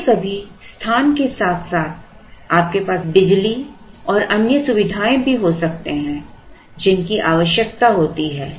कभी कभी स्थान के साथ साथ आपके पास बिजली और अन्य सुविधाएं भी हो सकते हैं जिनकी आवश्यकता होती है